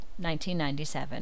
1997